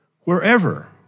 wherever